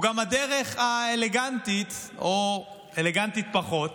הוא גם הדרך האלגנטית או אלגנטית פחות